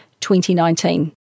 2019